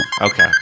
Okay